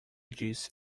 disse